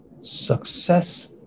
success